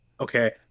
Okay